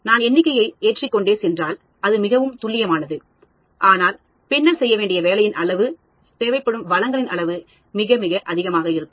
நான் எண்ணிக்கையை ஏற்றிக் கொண்டே சென்றாள் அது மிகவும் துல்லியமானது ஆனால் பின்னர் செய்ய வேண்டிய வேலையின் அளவு தேவைப்படும் வளங்களின் அளவு மிக அதிகமாக இருக்கும்